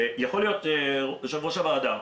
יו"ר הוועדה,